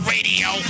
Radio